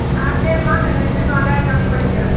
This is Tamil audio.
ஆ சரி வாங்க எடுத்துகிட்டு வாங்க கம்மி பண்ணிக்கிறேன்